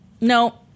no